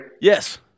Yes